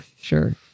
sure